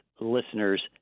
listener's